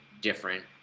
different